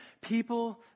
people